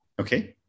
Okay